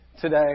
today